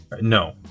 no